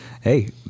hey